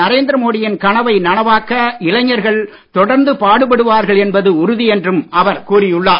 நரேந்திர மோடியின் கனவை நனவாக்க இளைஞர்கள் தொடர்ந்து பாடுபடுவார்கள் என்பது உறுதி என்றும் அவர் கூறியுள்ளார்